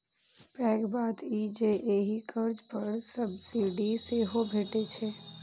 पैघ बात ई जे एहि कर्ज पर सब्सिडी सेहो भैटै छै